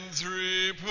three